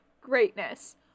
Greatness